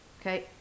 okay